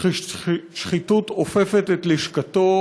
שחיתות אופפת את לשכתו: